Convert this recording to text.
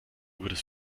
würdest